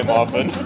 often